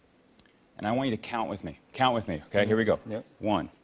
and i want you to count with me. count with me. okay? here we go. yep. one,